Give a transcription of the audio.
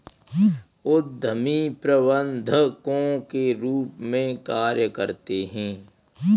उद्यमी प्रबंधकों के रूप में कार्य करते हैं